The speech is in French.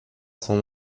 son